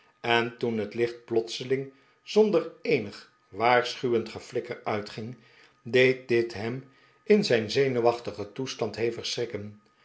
en toen het licht plotseling zonder eenig waarschuwend geflikker uitging deed dit hem in zijn zenuwachtigen toestand hevig schrikken